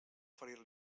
oferir